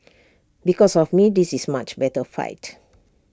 because of me this is much better fight